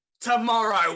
tomorrow